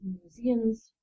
museums